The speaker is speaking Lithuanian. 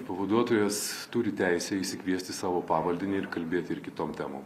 pavaduotojas turi teisę išsikviesti savo pavaldinį ir kalbėti ir kitom temom